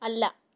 അല്ല